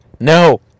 No